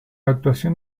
actuación